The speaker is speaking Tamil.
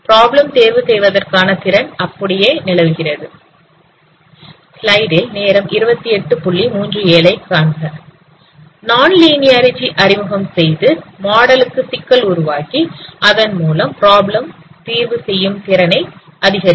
பிராப்ளம் தேர்வு செய்வதற்கான திறன் அப்படியே நிலவுகிறது Non linearity அறிமுகம் செய்து மாடலுக்கு சிக்கல் உருவாக்கி அதன்மூலம் ப்ராப்ளம் தீர்வு செய்யும் திறனை அதிகரிக்கும்